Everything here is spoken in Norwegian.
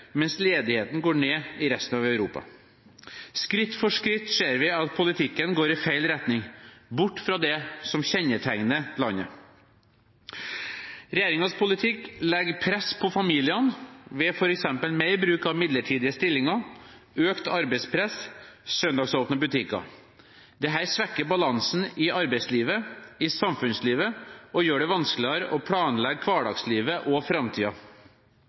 mens ledigheten går ned i resten av Europa. Skritt for skritt ser vi at politikken går i feil retning – bort fra det som kjennetegner landet. Regjeringens politikk legger press på familiene ved f.eks. mer bruk av midlertidige stillinger, økt arbeidspress, søndagsåpne butikker. Dette svekker balansen i arbeidslivet og i samfunnslivet og gjør det vanskeligere å planlegge hverdagslivet og